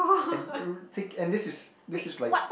and and this is this is like